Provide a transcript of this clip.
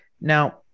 Now